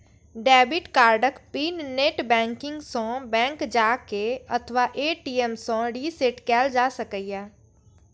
debit कार्डक PIN net banking सं, bank जाके अथवा ए.टी.एम सं रीसेट कैल जा सकैए